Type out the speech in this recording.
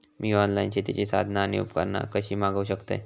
मी online शेतीची साधना आणि उपकरणा कशी मागव शकतय?